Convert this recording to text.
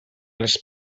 les